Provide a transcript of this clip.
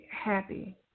happy